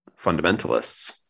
fundamentalists